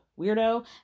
weirdo